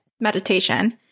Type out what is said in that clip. meditation